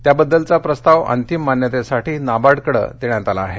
त्याबद्दलचा प्रस्ताव अंतिम मान्यतेसाठी नाबार्डकडे देण्यात आला आहे